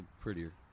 prettier